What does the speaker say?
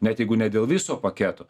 net jeigu ne dėl viso paketo